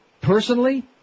Personally